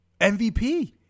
MVP